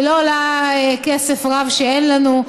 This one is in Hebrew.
היא לא עולה כסף רב שאין לנו.